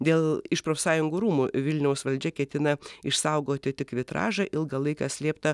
dėl iš profsąjungų rūmų vilniaus valdžia ketina išsaugoti tik vitražą ilgą laiką slėptą